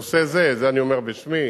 נושא זה, את זה אני אומר בשמי,